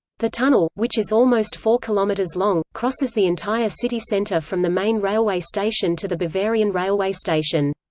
the tunnel, which is almost four kilometres long, crosses the entire city centre from the main railway station to the bavarian railway station.